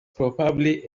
probably